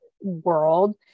world